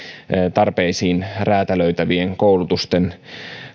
tarpeisiin räätälöitävien koulutusten